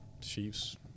Chiefs